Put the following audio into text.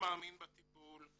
מאמין בטיפול.